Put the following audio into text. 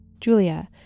Julia